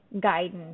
guidance